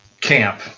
camp